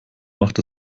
macht